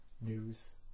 news